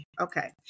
okay